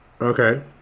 okay